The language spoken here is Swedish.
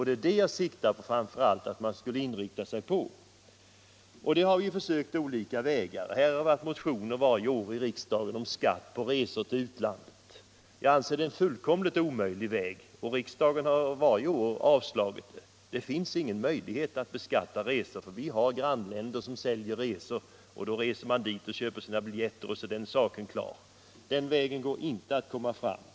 Det är detta jag menar att man framför allt skulle inrikta sig på. Vi har försökt olika vägar. Varje år har här i riksdagen väckts motioner Nr 84 om skatt på resor till utlandet. Jag anser att det är en fullkomligt omöjlig Onsdagen den väg, och riksdagen har varje år avslagit motionerna. Det finns ingen 17 mars 1976 möjlighet att beskatta resor, för vi har grannländer som säljer resor, och = då far man dit och köper sina biljetter så är saken klar. Den vägen går = Sveriges exportråd, det inte att komma fram på.